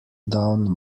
down